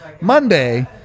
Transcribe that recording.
Monday